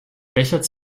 bechert